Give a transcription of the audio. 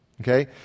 Okay